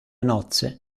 nozze